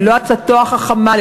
ללא עצתו החכמה,